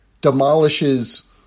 demolishes